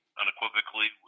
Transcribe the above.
unequivocally